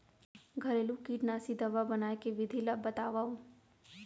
घरेलू कीटनाशी दवा बनाए के विधि ला बतावव?